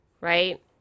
right